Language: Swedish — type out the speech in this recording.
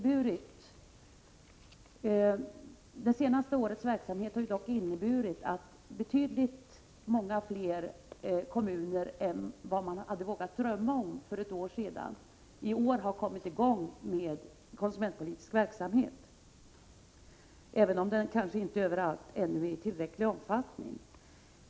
Men det senaste årets verksamhet har dock inneburit att betydligt fler kommuner än vad man för ett år sedan hade vågat drömma om i år har kommit i gång med konsumentpolitisk verksamhet, även om den kanske ännu inte pågår i tillräcklig omfattning.